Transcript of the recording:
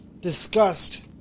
disgust